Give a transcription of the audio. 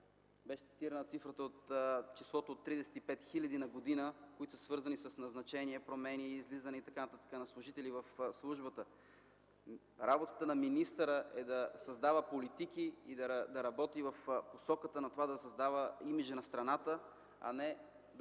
Беше цитирано числото от 35 хиляди на година, които са свързани с назначение, промени, излизане на служители в службата и т.н. Работата на министъра е да създава политики и да работи в посоката на това да създава имиджа на страната, а не да